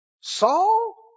Saul